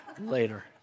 later